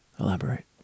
Elaborate